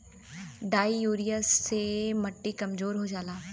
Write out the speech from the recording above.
di urea से मट्टी कमजोर हो जाला